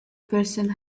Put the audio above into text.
person